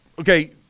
okay